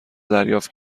دریافت